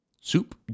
Soup